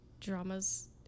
dramas